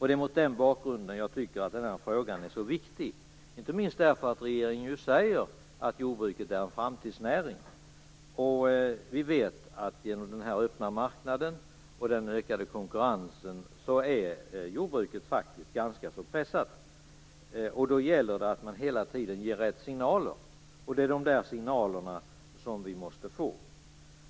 Det är mot den bakgrunden den här frågan är så viktig, inte minst därför att regeringen säger att jordbruket är en framtidsnäring. Vi vet att jordbruket är ganska pressat genom den öppna marknaden och den ökande konkurrensen. Det gäller att hela tiden ge rätt signaler. Det är de signalerna vi måste få.